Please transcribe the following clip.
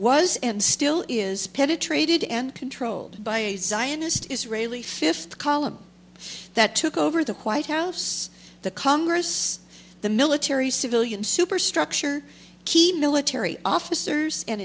was and still is penetrated and controlled by a zionist israeli fifth column that took over the white house the congress the military civilian superstructure key military officers and